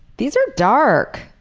these are dark.